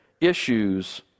issues